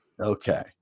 Okay